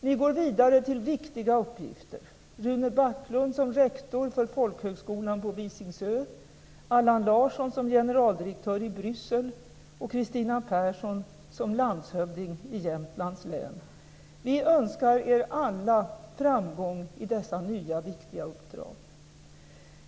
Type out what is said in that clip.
Ni går vidare till viktiga uppgifter, Rune Backlund som rektor för folkhögskolan på Visingsö, Allan Larsson som generaldirektör i Jämtlands län. Vi önskar dem alla framgång i dessa nya viktiga uppdrag.